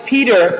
Peter